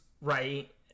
right